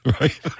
right